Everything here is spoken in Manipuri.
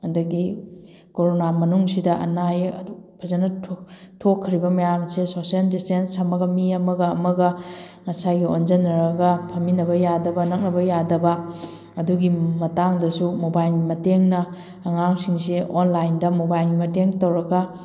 ꯑꯗꯒꯤ ꯀꯣꯔꯣꯅꯥ ꯃꯅꯨꯡꯁꯤꯗ ꯑꯅꯥ ꯑꯌꯦꯛ ꯑꯗꯨꯛ ꯐꯖꯅ ꯊꯣꯛꯈ꯭ꯔꯤꯕ ꯃꯌꯥꯝꯁꯦ ꯁꯣꯁꯦꯜ ꯗꯤꯁꯇꯦꯟꯁ ꯊꯝꯃꯒ ꯃꯤ ꯑꯃꯒ ꯃꯤ ꯑꯃꯒ ꯉꯁꯥꯏꯒꯤ ꯑꯣꯟꯁꯟꯅꯔꯒ ꯐꯝꯃꯤꯟꯅꯕ ꯌꯥꯗꯕ ꯅꯛꯅꯕ ꯌꯥꯗꯕ ꯑꯗꯨꯒꯤ ꯃꯇꯥꯡꯗꯁꯨ ꯃꯣꯕꯥꯏꯜꯒꯤ ꯃꯇꯦꯡꯅ ꯑꯉꯥꯡꯁꯤꯡꯁꯦ ꯑꯣꯟꯂꯥꯏꯟꯗ ꯃꯣꯕꯥꯏꯜꯒꯤ ꯃꯇꯦꯡ ꯇꯧꯔꯒ